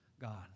God